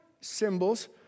symbols